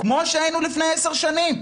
כמו שהיינו לפני עשר שנים.